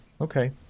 okay